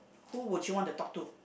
who would you want to talk to